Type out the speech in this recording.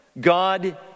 God